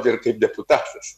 ir kaip deputatas